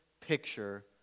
picture